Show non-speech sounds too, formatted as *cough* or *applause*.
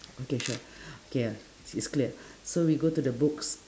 okay sure *breath* okay uh it's clear so we go to the books